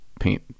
paint